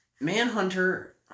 Manhunter